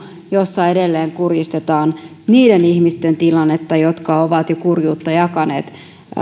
jossa edelleen kurjistetaan niiden ihmisten tilannetta jotka ovat jo kurjuutta jakaneet